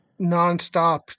nonstop